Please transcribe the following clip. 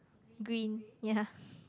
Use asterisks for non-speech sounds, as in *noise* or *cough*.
green *laughs* ya